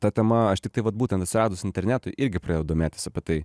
ta tema aš tiktai vat būtent atsiradus internetui irgi pradėjau domėtis apie tai